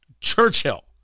Churchill